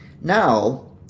Now